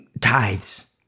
tithes